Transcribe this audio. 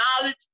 knowledge